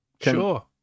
sure